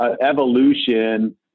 evolution